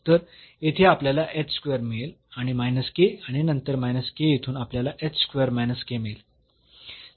तर येथे आपल्याला मिळेल आणि आणि नंतर येथून आपल्याला मिळेल